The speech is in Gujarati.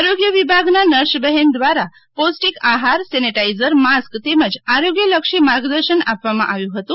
આરોગ્ય વિભાગના નર્સ બહેન દ્વારા પોષ્ટિકઆહારસેન્ટેટાઈઝરમાસ્ક તેમજ આરોગ્ય લક્ષી માર્ગદર્શન આપવામાં આવ્યું હતું